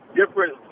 different